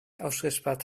ausgesperrt